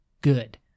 good